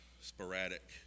sporadic